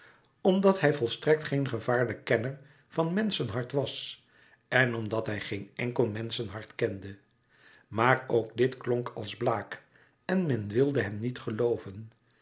omdat hij volstrekt geen gevaarlijk kenner van menschenhart was en omdat hij geen ènkel menschenhart kende maar ook dit klonk als blague en men wilde hem niet gelooven